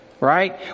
right